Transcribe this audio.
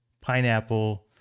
pineapple